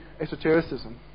esotericism